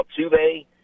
Altuve